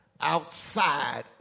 outside